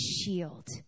shield